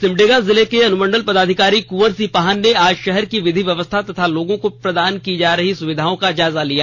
सिमडेगा जिले के अनुमंडल पदाधिकारी कुंवर सिंह पाहन ने आज शहर की विधि व्यवस्था तथा लोगों को प्रदान की जा रही सुविधाओं का जायजा लिया